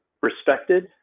respected